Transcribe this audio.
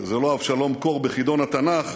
זה לא אבשלום קור בחידון התנ"ך,